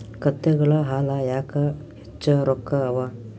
ಕತ್ತೆಗಳ ಹಾಲ ಯಾಕ ಹೆಚ್ಚ ರೊಕ್ಕ ಅವಾ?